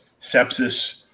sepsis